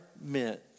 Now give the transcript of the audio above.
meant